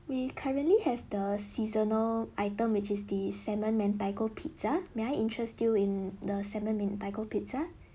we currently have the seasonal item which is the salmon mentaiko pizza may I interest you in the salmon mentaiko pizza